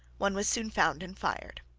one was soon found and fired.